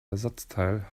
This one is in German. ersatzteil